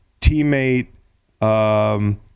teammate